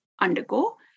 undergo